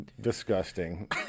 disgusting